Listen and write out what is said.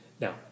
Now